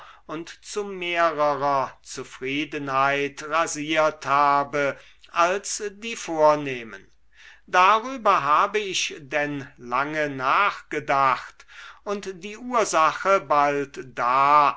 und zu mehrerer zufriedenheit rasiert habe als die vornehmen darüber habe ich denn lange nachgedacht und die ursache bald da